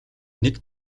нэг